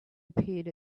appeared